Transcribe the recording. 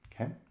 Okay